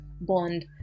bond